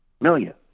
million